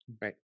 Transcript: Right